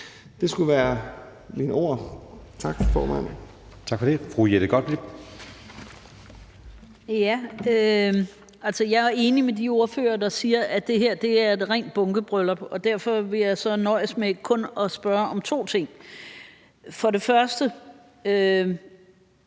jeg er enig med de ordførere, der siger, at det her er et rent bunkebryllup, og derfor vil jeg så nøjes med kun at spørge om to ting. For det første: